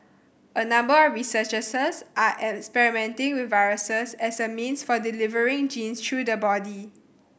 a number of researchers are all experimenting with viruses as a means for delivering genes through the body